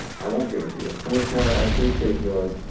i won't give it to you. commissioner i appreciate your,